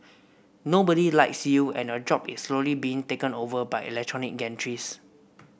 nobody likes you and your job is slowly being taken over by electronic gantries